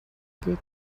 able